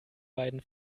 beiden